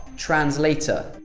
translator'